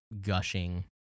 gushing